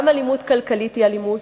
גם אלימות כלכלית היא אלימות.